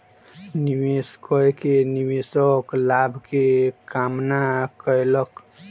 निवेश कय के निवेशक लाभ के कामना कयलक